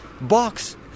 box